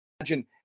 imagine